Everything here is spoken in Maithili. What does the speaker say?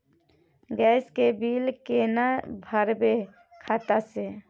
गैस के बिल केना भरबै खाता से?